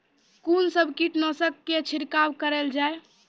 कून सब कीटनासक के छिड़काव केल जाय?